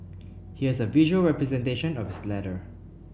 here's a visual representation of his letter